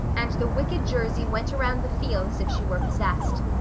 and the wicked jersey went around the field as if she were possessed.